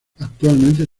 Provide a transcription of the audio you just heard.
actualmente